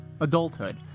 adulthood